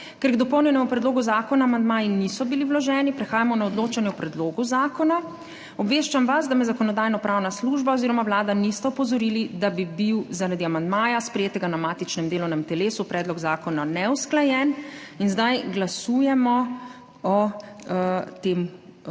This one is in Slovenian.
Ker k dopolnjenemu predlogu zakona amandmaji niso bili vloženi, prehajamo na odločanje o predlogu zakona. Obveščam vas, da me Zakonodajno-pravna služba oziroma Vlada nista opozorili, da bi bil zaradi amandmaja, sprejetega na matičnem delovnem telesu, predlog zakona neusklajen. In zdaj glasujemo o tem zakonu.